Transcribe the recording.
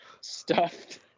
Stuffed